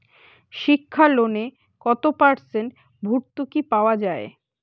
শিক্ষা লোনে কত পার্সেন্ট ভূর্তুকি পাওয়া য়ায়?